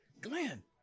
Glenn